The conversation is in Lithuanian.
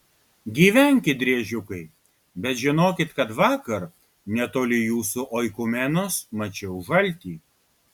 gyvenkit driežiukai bet žinokit kad vakar netoli jūsų oikumenos mačiau žaltį